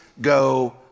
go